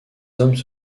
hommes